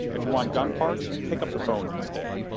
if you want gun parts, pick up the phone instead.